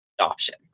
adoption